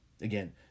Again